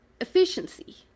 efficiency